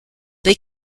they